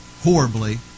horribly